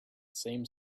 seemed